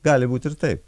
gali būt ir taip